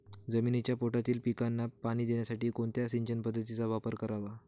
जमिनीच्या पोटातील पिकांना पाणी देण्यासाठी कोणत्या सिंचन पद्धतीचा वापर करावा?